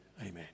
Amen